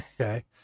Okay